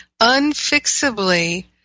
unfixably